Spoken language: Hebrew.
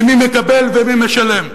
למי מקבל ומי משלם,